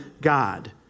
God